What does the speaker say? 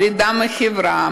פרידה מחברה,